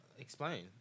Explain